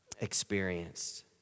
experienced